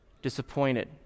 Disappointed